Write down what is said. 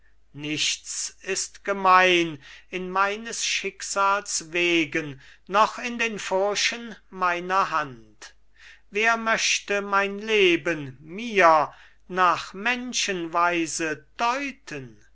nichts ist gemein in meines schicksals wegen noch in den furchen meiner hand wer möchte mein leben mir nach menschenweise deuten